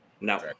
No